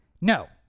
no